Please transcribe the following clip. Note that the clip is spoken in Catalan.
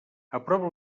aprova